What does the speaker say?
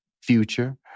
Future